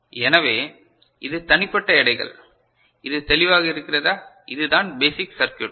எனவே இது தனிப்பட்ட எடைகள் இது தெளிவாக இருக்கிறதா இதுதான் பேசிக் சர்க்யூட்